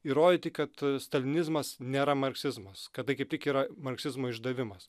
įrodyti kad stalinizmas nėra marksizmas kad tai kaip tik yra marksizmo išdavimas